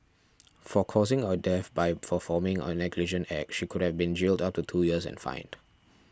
for causing a death by performing a negligent act she could have been jailed up to two years and fined